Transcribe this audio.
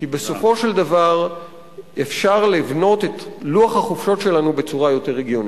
כי בסופו של דבר אפשר לבנות את לוח החופשות שלנו בצורה יותר הגיונית.